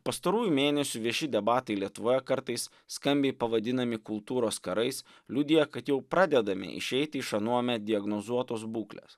pastarųjų mėnesių vieši debatai lietuvoje kartais skambiai pavadinami kultūros karais liudija kad jau pradedame išeiti iš anuomet diagnozuotos būklės